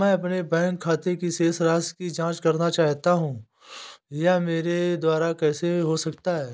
मैं अपने बैंक खाते की शेष राशि की जाँच करना चाहता हूँ यह मेरे द्वारा कैसे हो सकता है?